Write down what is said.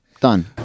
Done